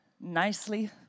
nicely